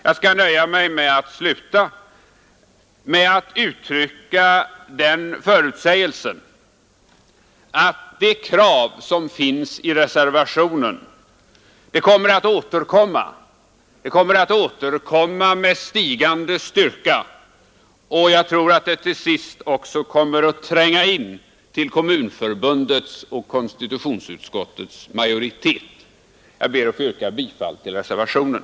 Jag skall nöja mig med att som avslutning uttrycka den förutsägelsen att de krav som finns i reservationen skall återkomma med stigande styrka och till sist även tränga in till Kommunförbundets och konstitutionsutskottets majoritet. Jag ber att få yrka bifall till reservationen.